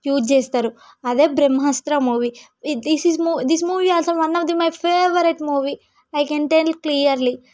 use చేస్తారు అదే Brahmastra movie this is movie this movie also one of the my favourite movie I can tell clearly